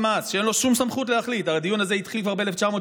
עד שנראה כי לא ברור למה לא בוצע עד היום.